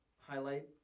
highlight